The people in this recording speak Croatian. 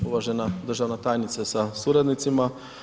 Uvažena državna tajnice sa suradnicima.